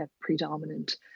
predominant